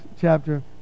chapter